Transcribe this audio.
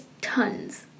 tons